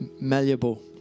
malleable